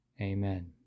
amen